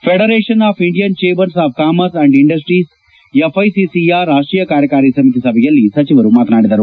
federation of Indian chambers of commerce and industry ಎಫ್ಐಸಿಸಿಐಯ ರಾಷ್ಟೀಯ ಕಾರ್ಯಕಾರಿ ಸಮಿತಿ ಸಭೆಯಲ್ಲಿ ಸಚಿವರು ಮಾತನಾದಿದರು